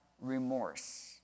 remorse